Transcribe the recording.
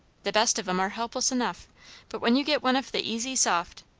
the best of em are helpless enough but when you get one of the easy soft,